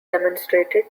demonstrated